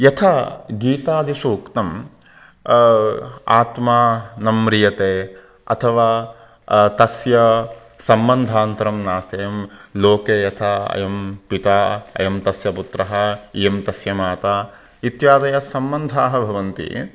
यथा गीतादिषु उक्तं आत्मा न म्रियते अथवा तस्य सम्बन्धान्तरं नास्ति अयं लोके यथा अयं पिता अयं तस्य पुत्रः इयं तस्य माता इत्यादयः सम्बन्धाः भवन्ति